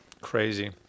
Crazy